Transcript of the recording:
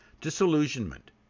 Disillusionment